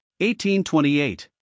1828